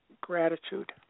gratitude